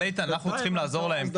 אבל איתן, אנחנו צריכים לעזור להם.